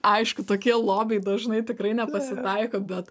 aišku tokie lobiai dažnai tikrai nepasitaiko bet